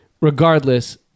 Regardless